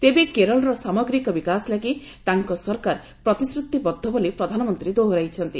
ତେବେ କେରଳର ସାମଗ୍ରିକ ବିକାଶ ଲାଗି ତାଙ୍କ ସରକାର ପ୍ରତିଶ୍ରତିବଦ୍ଧ ବୋଲି ପ୍ରଧାନମନ୍ତ୍ରୀ ଦୋହରାଇଛନ୍ତି